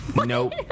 Nope